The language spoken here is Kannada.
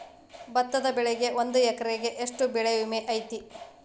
ಭತ್ತದ ಬೆಳಿಗೆ ಒಂದು ಎಕರೆಗೆ ಎಷ್ಟ ಬೆಳೆ ವಿಮೆ ಐತಿ?